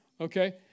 Okay